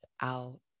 out